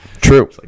true